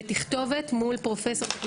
בתכתובת מול פרופסור משולם,